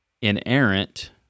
inerrant